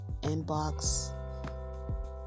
inbox